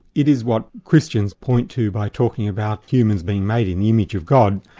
it is what christians point to by talking about humans being made in the image of god.